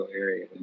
area